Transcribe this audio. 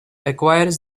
acquires